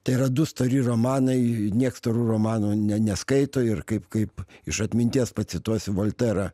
tai yra du stori romanai nieks storų romanų neskaito ir kaip kaip iš atminties pacituosiu volterą